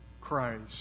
Christ